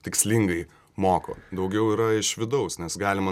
tikslingai moko daugiau yra iš vidaus nes galima